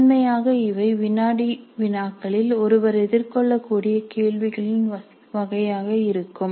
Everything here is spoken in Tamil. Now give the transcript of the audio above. முதன்மையாக இவை வினாடி வினாக்களில் ஒருவர் எதிர்கொள்ளக்கூடிய கேள்விகளின் வகையாக இருக்கும்